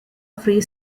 free